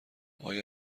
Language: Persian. آیا